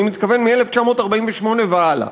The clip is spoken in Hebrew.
אני מתכוון מ-1948 והלאה,